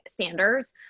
Sanders